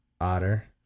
Otter